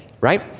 right